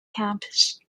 campus